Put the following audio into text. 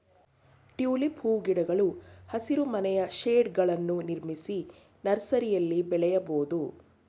tulip ಹೂಗಿಡಗಳು ಹಸಿರುಮನೆಯ ಶೇಡ್ಗಳನ್ನು ನಿರ್ಮಿಸಿ ನರ್ಸರಿಯಲ್ಲಿ ಬೆಳೆಯಬೋದು